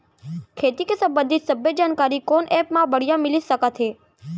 खेती के संबंधित सब्बे जानकारी कोन एप मा बढ़िया मिलिस सकत हे?